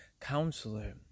counselor